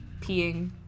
Peeing